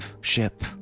ship